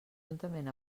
juntament